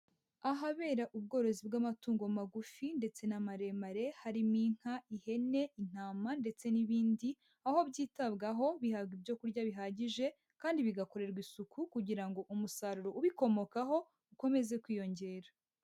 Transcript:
Ahabera ubworozi bw'amatungo magufi ndetse n'amaremare, harimo: inka, ihene, intama ndetse n'ibindi, aho byitabwaho bihabwa ibyo kurya bihagije, kandi bigakorerwa isuku kugira ngo umusaruro ubikomokaho ukomeze kwiyongera.